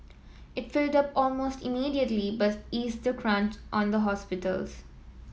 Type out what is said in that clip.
it filled up almost immediately but eased the crunch on the hospitals